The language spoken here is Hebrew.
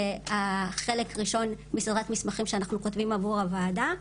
החלק הראשון מסדרת מסמכים שאנחנו כותבים עבור הוועדה.